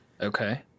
Okay